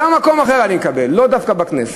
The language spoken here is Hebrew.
גם מקום אחר אני מקבל, לא דווקא בכנסת.